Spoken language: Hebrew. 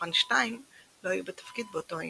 מתוכן שתיים לא היו בתפקיד באותו היום.